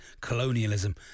colonialism